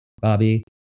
Bobby